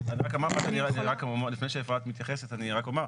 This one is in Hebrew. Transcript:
לפני שאפרת מתייחסת, אני רק אומר.